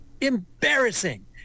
embarrassing